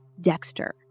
Dexter